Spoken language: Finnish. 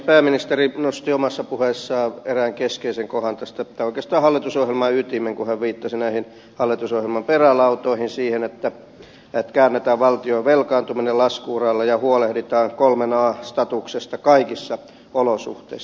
pääministeri nosti omassa puheessaan erään keskeisen kohdan tästä tai oikeastaan hallitusohjelman ytimen kun hän viittasi näihin hallitusohjelman perälautoihin siihen että käännetään valtion velkaantuminen lasku uralle ja huolehditaan kolmen an statuksesta kaikissa olosuhteissa